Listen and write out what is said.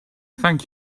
thank